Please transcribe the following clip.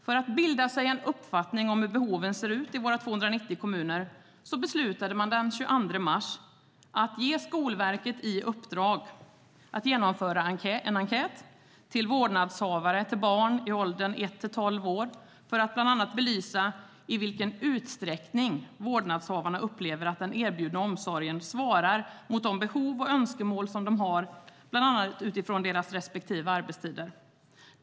För att bilda sig en uppfattning om hur behoven ser ut i våra 290 kommuner beslutade man den 22 mars att ge Skolverket i uppdrag att genomföra en enkät bland vårdnadshavare till barn i åldern ett till tolv år för att bland annat belysa i vilken utsträckning vårdnadshavarna upplever att den erbjudna omsorgen svarar mot de behov och önskemål som de har, bland annat utifrån deras respektive arbetstider.